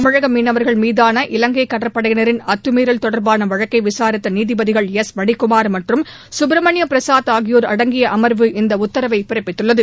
தமிழக மீனவர்கள் மீதான இலங்கை கடற்படையினரின் அத்தமீறல் தொடர்பான வழக்கை விசாரித்த நீதிபதிகள் எஸ் மணிக்குமார் மற்றும் சுப்பிரமணிய பிரசாத் ஆகியோர் அடங்கிய அமாவு இந்த உத்தரவை பிறப்பித்துள்ளது